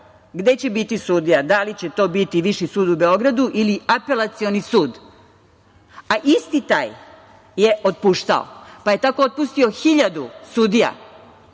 gde će biti sudija – da li će to biti Viši sud u Beogradu ili Apelacioni sud. A isti taj je otpuštao, pa je tako otpustio hiljadu sudija,